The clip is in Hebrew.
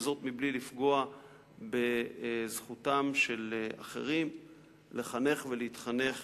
וזאת מבלי לפגוע בזכותם של אחרים לחנך ולהתחנך